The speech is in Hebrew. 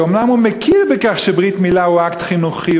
ואומנם הוא מכיר בכך שברית-מילה היא אקט חינוכי,